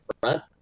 front